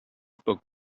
spoke